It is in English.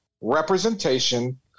representation